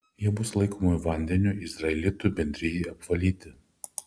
jie bus laikomi vandeniu izraelitų bendrijai apvalyti